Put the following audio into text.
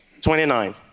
29